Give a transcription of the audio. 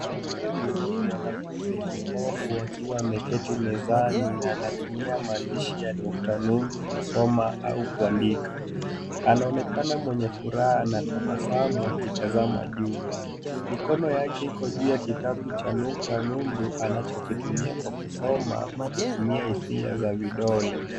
Huyu ni mwanafunzi kipofu akiwa ameketi mezani na anatumia maandishi ya Nukta Nundu kusoma au kuandika. Anaonekana mwenye furaha na tabasamu akitazama juu. Mikono yake iko juu ya kitabu cha Nukta Nundu anachokitumia kwa kusoma kwa kutumia hisia za vidole.